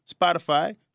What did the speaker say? Spotify